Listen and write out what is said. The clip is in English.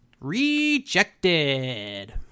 Rejected